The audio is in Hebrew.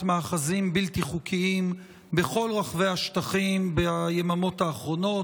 מאחזים בלתי חוקיים בכל רחבי השטחים ביממות האחרונות.